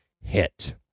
hit